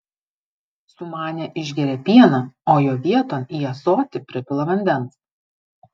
sumanę išgeria pieną o jo vieton į ąsotį pripila vandens